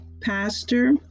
Pastor